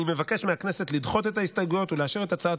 אני מבקש מהכנסת לדחות את ההסתייגויות ולאשר את הצעת